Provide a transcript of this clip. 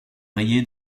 rayé